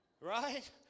Right